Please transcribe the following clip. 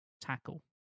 tackle